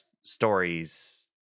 stories